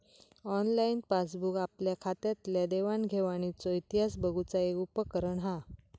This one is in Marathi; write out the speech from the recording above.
ऑनलाईन पासबूक आपल्या खात्यातल्या देवाण घेवाणीचो इतिहास बघुचा एक उपकरण हा